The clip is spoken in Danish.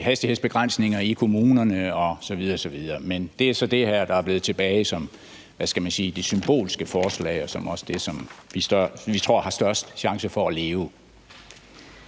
hastighedsbegrænsninger i kommunerne osv. osv., men det er så det her, der er blevet tilbage som det symbolske forslag, og som også er det, vi tror har størst chance for at leve.